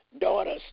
daughters